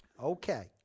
Okay